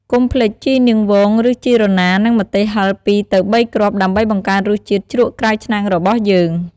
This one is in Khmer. កុំភ្លេចជីនាងវង ឬជីរណា និងម្ទេសហឹរពីរទៅបីគ្រាប់ ដើម្បីបង្កើនរសជាតិជ្រក់ក្រៅឆ្នាំងរបស់យើង។